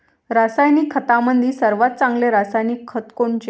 रासायनिक खतामंदी सर्वात चांगले रासायनिक खत कोनचे?